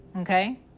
Okay